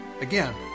Again